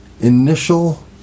initial